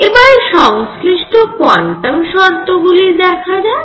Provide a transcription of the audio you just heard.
এবারে সংশ্লিষ্ট কোয়ান্টাম শর্তগুলি দেখা যাক